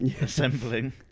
assembling